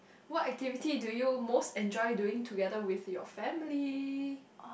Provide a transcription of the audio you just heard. what activity do you most enjoy doing together with your family